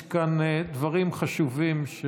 יש כאן דברים חשובים של